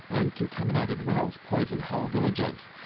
and contaminated wells poison whole villages.